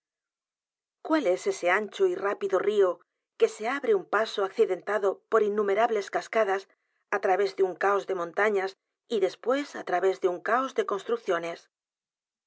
cuál es ese ancho y rápido río que se abre un paso accidentado por inumerables cascadas á través de un caos de montañas y después á través de un caos de construciones